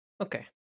Okay